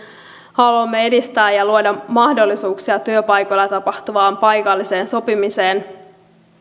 haluamme edistää ja luoda mahdollisuuksia työpaikoilla tapahtuvaan paikalliseen sopimiseen